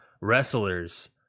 Wrestlers